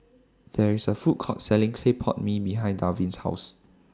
There IS A Food Court Selling Clay Pot Mee behind Darvin's House